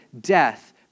death